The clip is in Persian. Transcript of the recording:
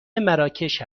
مراکش